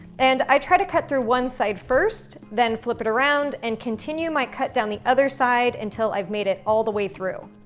and i try to cut through one side first then flip it around and continue my cut down the other side until i've made it all the way through.